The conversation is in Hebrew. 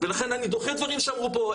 ולכן אני דוחה דברים שאמרו פה,